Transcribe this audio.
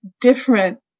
different